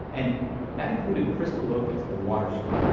and that included crystal lopez, at the water shoppe.